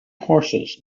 horses